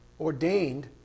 ordained